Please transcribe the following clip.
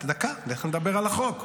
דקה, אנחנו נדבר על החוק.